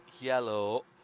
yellow